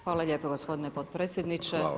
Hvala lijepo gospodine potpredsjedniče.